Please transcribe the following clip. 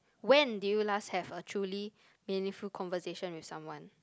when did you last have a truly meaningful conversation with someone